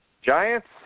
Giants